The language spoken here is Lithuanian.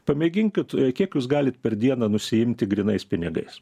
pamėginkit kiek jūs galit per dieną nusiimti grynais pinigais